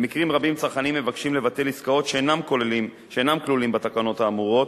במקרים רבים צרכנים מבקשים לבטל עסקאות שאינן כלולות בתקנות האמורות